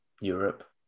Europe